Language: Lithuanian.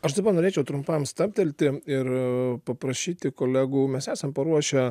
aš dabar norėčiau trumpam stabtelti ir paprašyti kolegų mes esam paruošę